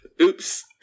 Oops